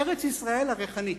ארץ-ישראל הריחנית.